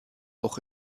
auch